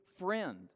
friend